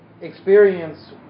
experience